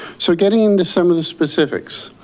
so getting into some of the specifics.